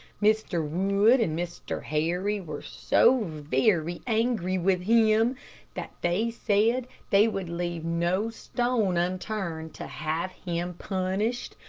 mr. wood and mr. harry were so very angry with him that they said they would leave no stone unturned to have him punished,